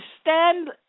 stand